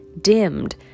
dimmed